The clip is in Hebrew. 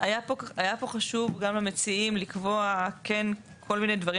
היה פה חשוב גם למציעים לקבוע כן כל מיני דברים